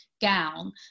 gown